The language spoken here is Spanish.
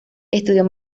estudió